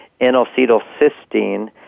N-acetylcysteine